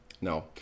No